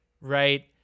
Right